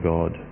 God